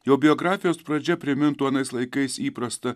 jo biografijos pradžia primintų anais laikais įprastą